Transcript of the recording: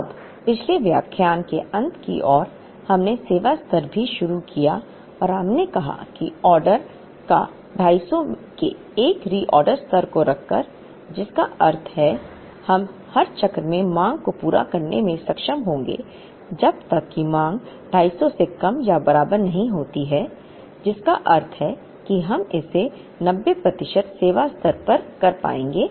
अब पिछले व्याख्यान के अंत की ओर हमने सेवा स्तर भी शुरू किया और हमने कहा कि ऑर्डर को 250 के एक रिऑर्डर स्तर को रखकर जिसका अर्थ है हम हर चक्र में मांग को पूरा करने में सक्षम होंगे जब तक कि मांग 250 से कम या बराबर नहीं होती है जिसका अर्थ है कि हम इसे 90 प्रतिशत सेवा स्तर पर कर पाएंगे